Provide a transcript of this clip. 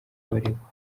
abaregwa